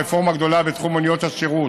רפורמה גדולה בתחום מוניות השירות,